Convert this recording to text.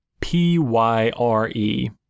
P-Y-R-E